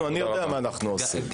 אנחנו יודעים מה אנו עושים.